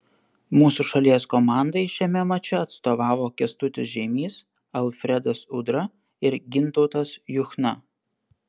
mūsų šalies komandai šiame mače atstovavo kęstutis žeimys alfredas udra ir gintautas juchna